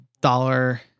dollar